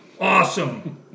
awesome